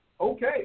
Okay